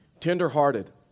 Tenderhearted